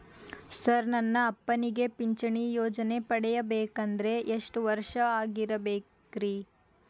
Sir ನನ್ನ ಅಪ್ಪನಿಗೆ ಪಿಂಚಿಣಿ ಯೋಜನೆ ಪಡೆಯಬೇಕಂದ್ರೆ ಎಷ್ಟು ವರ್ಷಾಗಿರಬೇಕ್ರಿ?